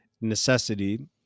necessity